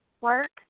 work